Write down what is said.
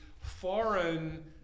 foreign